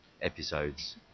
episodes